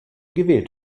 gewählt